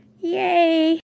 Yay